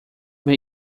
ver